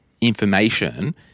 information